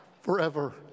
forever